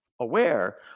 aware